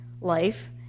life